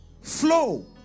Flow